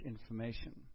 information